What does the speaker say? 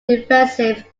defensive